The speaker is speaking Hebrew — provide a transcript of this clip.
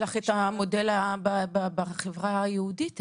יש לך את המודל בחברה היהודית העברית.